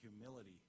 humility